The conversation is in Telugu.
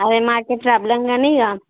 అదే మాకు ప్రాబ్లం ఇక